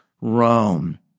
Rome